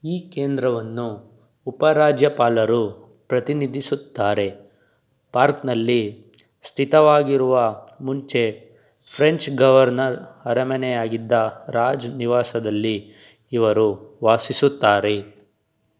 ಈ ಕೇಂದ್ರವನ್ನು ಉಪರಾಜ್ಯಪಾಲರು ಪ್ರತಿನಿಧಿಸುತ್ತಾರೆ ಪಾರ್ಕ್ನಲ್ಲಿ ಸ್ಥಿತವಾಗಿರುವ ಮುಂಚೆ ಫ್ರೆಂಚ್ ಗವರ್ನರ್ ಅರಮನೆಯಾಗಿದ್ದ ರಾಜ ನಿವಾಸದಲ್ಲಿ ಇವರು ವಾಸಿಸುತ್ತಾರೆ